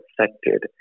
affected